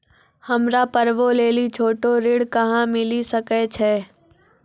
हमरा पर्वो लेली छोटो ऋण कहां मिली सकै छै?